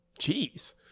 Jeez